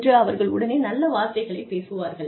என்று அவர்கள் உடனே நல்ல வார்த்தைகளைப் பேசுவார்கள்